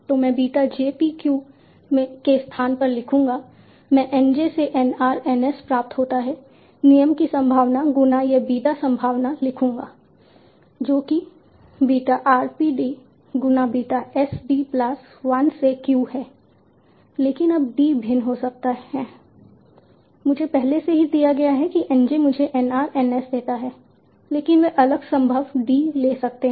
तो मैं beta j p q के स्थान पर लिखूंगा मैं N j से N r N s प्राप्त होता है नियम की संभावना गुना यह बीटा संभावना लिखूंगा जो कि बीटा r p d गुना बीटा s d प्लस 1 से q है लेकिन अब d भिन्न हो सकते हैं मुझे पहले से ही दिया गया है कि N j मुझे N r N s देता है लेकिन वे अलग संभव d ले सकते हैं